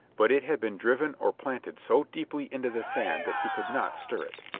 but it had been driven or planted so deeply into the sand that he could not stir it.